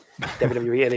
WWE